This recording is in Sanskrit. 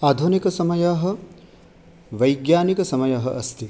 आधुनिकसमयः वैज्ञानिकसमयः अस्ति